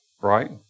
right